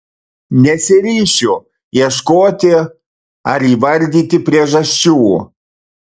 nesiryšiu ieškoti ar įvardyti priežasčių